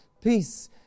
Peace